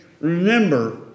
remember